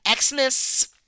Xmas